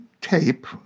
tape